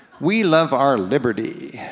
we love our liberty,